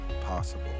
possible